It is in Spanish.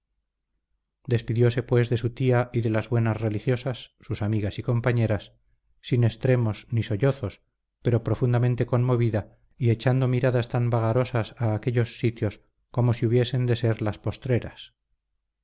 alegría despidióse pues de su tía y de las buenas religiosas sus amigas y compañeras sin extremos ni sollozos pero profundamente conmovida y echando miradas tan vagarosas a aquellos sitios como si hubiesen de ser las postreras